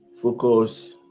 focus